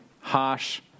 harsh